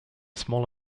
small